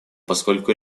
поскольку